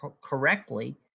correctly